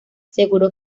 seguro